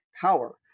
power